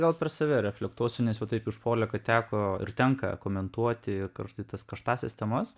gal per save reflektuosiu nes jau taip išpuolė kad teko ir tenka komentuoti karštai karštąsias temas